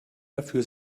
dafür